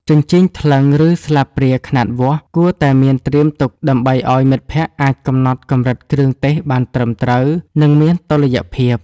ជញ្ជីងថ្លឹង ឬស្លាបព្រាខ្នាតវាស់ គួរតែមានត្រៀមទុកដើម្បីឱ្យមិត្តភក្តិអាចកំណត់កម្រិតគ្រឿងទេសបានត្រឹមត្រូវ និងមានតុល្យភាព។